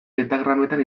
pentagrametan